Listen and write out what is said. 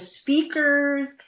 speakers